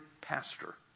pastor